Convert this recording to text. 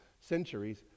centuries